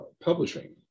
publishing